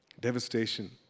devastation